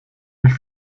mich